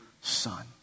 son